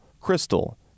Crystal